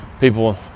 people